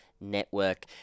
network